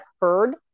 heard